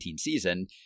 season